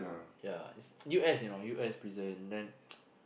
ya it's U_S you know U_S prison then